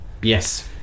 Yes